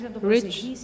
rich